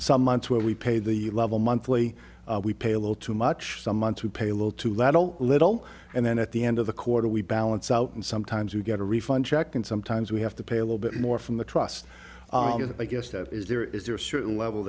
some months where we pay the level monthly we pay a little too much some money to pay a little too little a little and then at the end of the quarter we balance out and sometimes you get a refund check and sometimes we have to pay a little bit more from the trust i guess that is there is there a certain level